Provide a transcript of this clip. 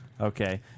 Okay